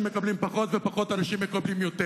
מקבלים פחות ופחות אנשים מקבלים יותר.